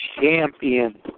Champion